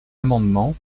amendement